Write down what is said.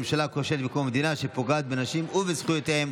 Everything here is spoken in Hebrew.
הממשלה הכושלת מקום המדינה שפוגעת בנשים ובזכויותיהן.